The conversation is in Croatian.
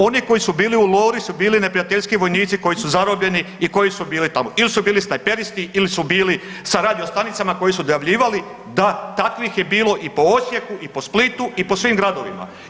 Oni koji su bili u Lori su bili neprijateljski vojnici koji su zarobljeni i kojij su bili tamo ili su bili snajperisti ili su bili sa radio stanicama koji dojavljivali, da takvih je bilo i po Osijeku i po Splitu i po svim gradovima.